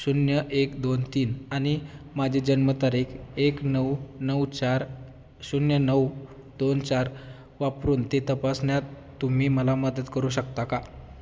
शून्य एक दोन तीन आनि माजी जन्मतारीख एक नऊ नऊ चार शून्य नऊ दोन चार वापरून ती तपासण्यात तुम्ही मला मदत करू शकता का